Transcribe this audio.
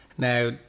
Now